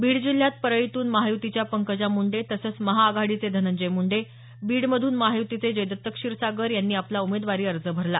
बीड जिल्ह्यात परळीतून महायुतीच्या पंकजा मुंडे तसंच महाआघाडीचे धनंजय मुंडे बीडमधून महायुतीचे जयदत्त क्षीरसागर यांनी आपला उमेदवारी अर्ज भरला